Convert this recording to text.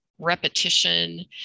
repetition